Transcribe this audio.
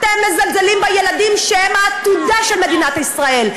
אתם מזלזלים בילדים שהם העתודה של מדינת ישראל,